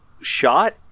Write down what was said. shot